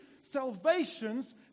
salvations